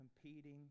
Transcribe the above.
competing